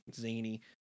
zany